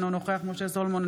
אינו נוכח משה סולומון,